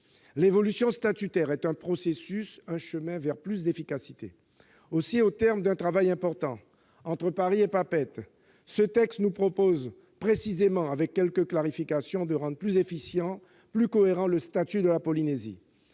L'évolution statutaire est un processus, un chemin vers plus d'efficacité. Au terme d'un important travail entre Paris et Papeete, ce texte nous propose précisément, avec quelques clarifications, de rendre plus efficient et plus cohérent le statut de la Polynésie.